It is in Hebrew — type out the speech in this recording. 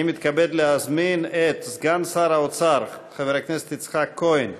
אני מתכבד להזמין את סגן שר האוצר חבר הכנסת יצחק כהן,